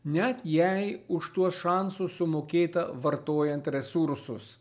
net jei už tuos šansus sumokėta vartojant resursus